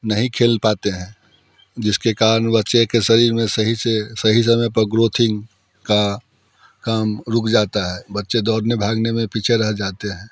नहीं खेल पाते हैं जिसके कारण बच्चों के शरीर में सही से सही समय पर ग्रोथिंग का काम रुक जाता है बच्चे दौड़ने भागने में पीछे रह जाते हैं